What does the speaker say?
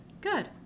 good